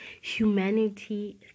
humanity